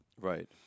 Right